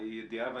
הידיעה המקצועית,